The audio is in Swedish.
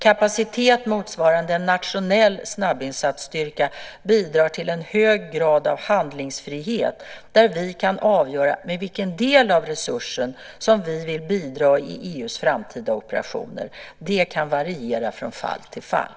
Kapacitet motsvarande en nationell snabbinsatsstyrka bidrar till en hög grad av handlingsfrihet, där vi kan avgöra med vilken del av resursen vi vill bidra i EU:s framtida operationer. Det kan variera från fall till fall.